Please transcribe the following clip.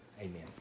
Amen